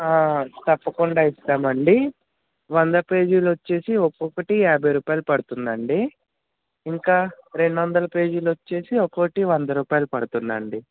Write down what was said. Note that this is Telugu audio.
తప్పకుండా ఇస్తామండి వంద పేజీలు వచ్చి ఒక్కొక్కటి యాభై రూపాయలు పడుతుందండి ఇంకా రెండు వందలు పేజీలు వచ్చి ఒక్కొక్కటి వంద రూపాయలు పడుతుందండి